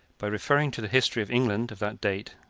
by referring to the history of england, of that date,